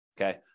okay